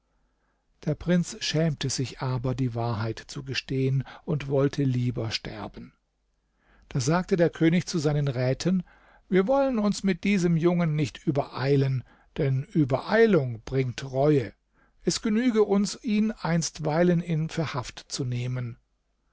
der prinz schämte sich aber die wahrheit zu gestehen und wollte lieber sterben da sagte der könig zu seinen räten wir wollen uns mit diesem jungen nicht übereilen denn übereilung bringt reue es genüge uns ihn einstweilen in verhaft zu nehmen